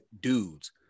dudes